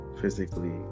physically